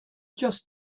just